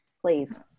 please